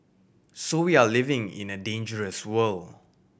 so we are living in a dangerous world